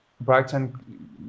Brighton